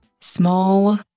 small